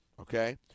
okay